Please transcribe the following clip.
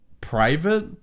private